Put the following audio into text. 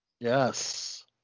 yes